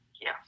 yes